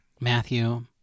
Matthew